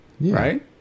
right